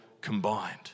combined